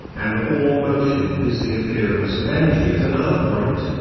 and all motion is the appearance of energy at another point,